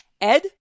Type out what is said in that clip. Ed